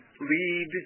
lead